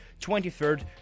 23rd